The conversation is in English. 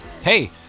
Hey